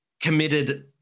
committed